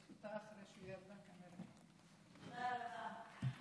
תודה לך.